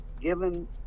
given